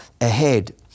ahead